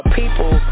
people